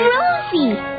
Rosie